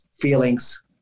feelings